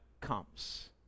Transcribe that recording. comes